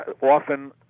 often